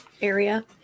area